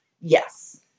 Yes